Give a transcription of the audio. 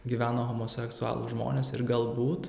gyveno homoseksualūs žmonės ir galbūt